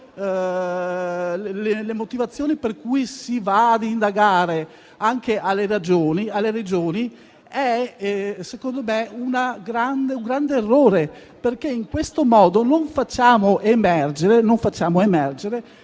le motivazioni per cui si va ad indagare anche sulle Regioni, a mio avviso è un grande errore perché in questo modo non facciamo emergere